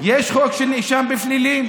יש חוק של נאשם בפלילים.